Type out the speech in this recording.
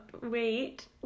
wait